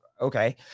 Okay